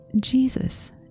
Jesus